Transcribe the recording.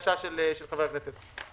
בבקשה של חבר הכנסת.